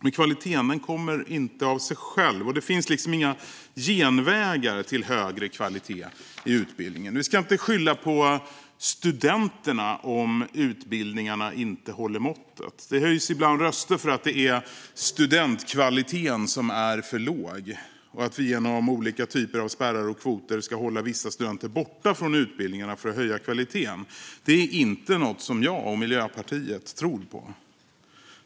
Men kvaliteten kommer inte av sig själv, och det finns liksom inga genvägar till högre kvalitet i utbildningen. Vi ska inte skylla på studenterna om utbildningarna inte håller måttet. Det höjs ibland röster för att det är studentkvaliteten som är för låg och att vi genom olika typer av spärrar och kvoter ska hålla vissa studenter borta från utbildningarna för att höja kvaliteten. Det är inte något som jag och Miljöpartiet tror på.